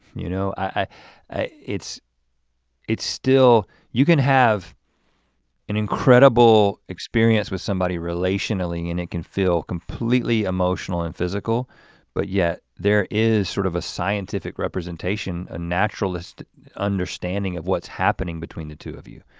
you know it's it's still, you can have an incredible experience with somebody relationally and it can feel completely emotional and physical but yet, there is sort of a scientific representation, a naturalist understanding of what's happening between the two of you.